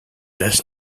best